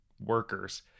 workers